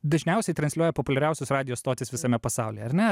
dažniausiai transliuoja populiariausias radijo stotys visame pasaulyje ar ne